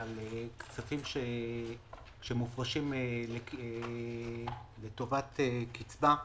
על כספים שמופרשים לטובת קצבה,